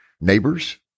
neighbors